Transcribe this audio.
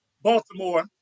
Baltimore